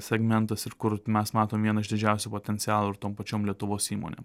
segmentas ir kur mes matom vieną iš didžiausių potencialų ir tom pačiom lietuvos įmonėm